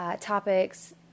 topics